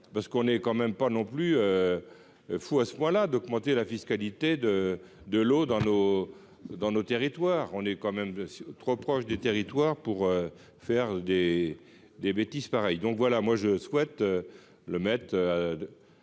parce qu'on est quand même pas non plus fou à ce point là d'augmenter la fiscalité de de l'eau dans nos dans nos territoires, on est quand même de trop proche des territoires pour faire des des bêtises pareilles, donc voilà, moi je souhaite le mettre 2